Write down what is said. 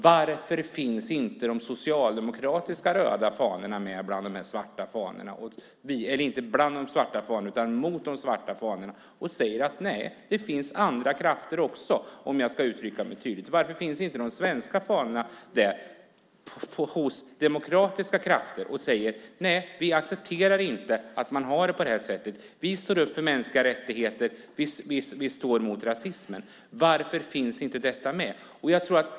Varför finns inte de socialdemokratiska röda fanorna med där mot dessa svarta fanor? Varför säger man inte: Nej, det finns andra krafter också. Varför finns inte de svenska fanorna där hos demokratiska krafter? Varför säger man inte: Nej, vi accepterar inte att man har det på detta sätt. Vi står upp för mänskliga rättigheter och mot rasismen. Varför finns inte detta med?